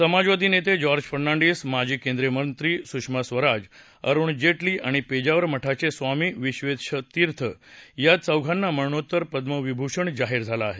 समाजवादी नेते जॉर्ज फर्नांडिस माजी केंद्रीय मंत्री सुषमा स्वराज अरुण जेटली आणि पेजावर मठाचे स्वामी विवेशतिर्थ या चोघांना मरणोत्तर पद्यविभूषण जाहीर झाला आहे